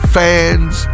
fans